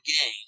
game